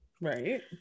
Right